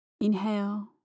Inhale